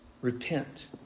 Repent